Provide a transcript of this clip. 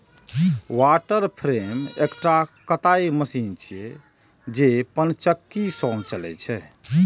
water frame एकटा कताइ machine छियै, जे पनचक्की सं चलै छै